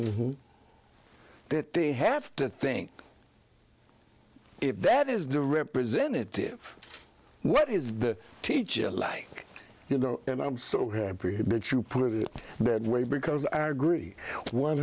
at they have to think if that is the representative what is the teacher like you know and i'm so happy that you put it that way because i agree one